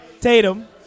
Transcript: Tatum